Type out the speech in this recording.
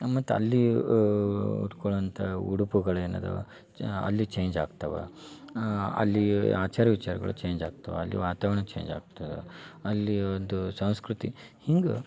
ಆ ಮತ್ತಲ್ಲಿಯೂ ಉಟ್ಕೊಳ್ಳುವಂಥ ಉಡುಪುಗಳೇನದ ಅಲ್ಲಿ ಚೇಂಜ್ ಆಗ್ತಾವು ಅಲ್ಲಿ ಆಚಾರ ವಿಚಾರಗಳು ಚೇಂಜ್ ಆಗ್ತಾವು ಅಲ್ಲಿ ವಾತಾವರ್ಣ ಚೇಂಜ್ ಆಗ್ತದೆ ಅಲ್ಲಿ ಒಂದು ಸಂಸ್ಕೃತಿ ಹಿಂಗೆ